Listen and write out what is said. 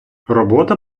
робота